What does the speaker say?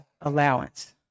allowance